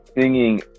singing